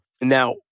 now